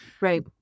Right